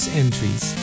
entries